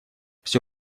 все